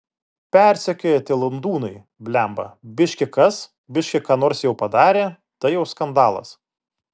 persekioja tie landūnai blemba biški kas biški ką nors jau padarė tai jau skandalas